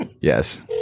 Yes